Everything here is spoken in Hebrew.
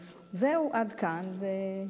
אז זהו, עד כאן.